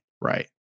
Right